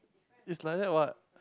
it's like that what